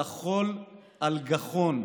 / זחול על גחון,